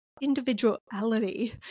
individuality